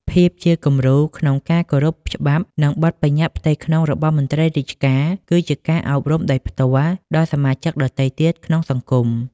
ភាពជាគំរូក្នុងការគោរពច្បាប់ និងបទបញ្ជាផ្ទៃក្នុងរបស់មន្ត្រីរាជការ គឺជាការអប់រំដោយផ្ទាល់ដល់សមាជិកដទៃទៀតក្នុងសង្គម។